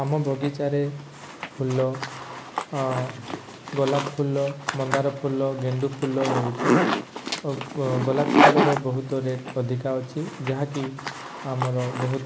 ଆମ ବଗିଚାରେ ଫୁଲ ଗୋଲାପ ଫୁଲ ମନ୍ଦାର ଫୁଲ ଗେଣ୍ଡୁ ଫୁଲ ହେଉଛି ଓ ଗୋଲାପ ଫୁଲର ବହୁତ ରେଟ୍ ଅଧିକା ଅଛି ଯାହାକି ଆମର ବହୁତ